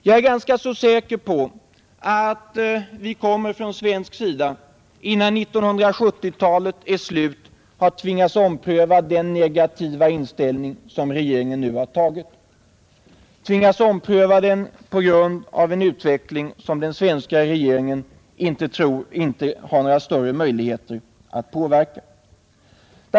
Jag är ganska säker på att vi från svensk sida innan 1970-talet är slut kommer att tvingas ompröva den negativa inställning, som regeringen nu har intagit, på grund av en utveckling som den svenska regeringen inte har några större möjligheter att påverka.